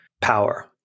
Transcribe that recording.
power